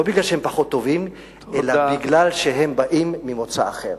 לא כי הם פחות טובים אלא כי הם ממוצא אחר.